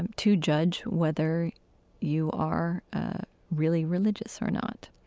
um to judge whether you are really religious or not.